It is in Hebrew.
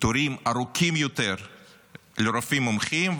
תורים ארוכים יותר לרופאים מומחים,